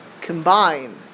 combine